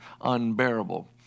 unbearable